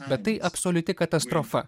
bet tai absoliuti katastrofa